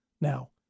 now